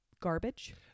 garbage